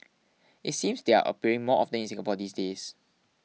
it seems they're appearing more often in Singapore these days